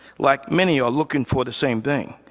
like many are looking for the same thing.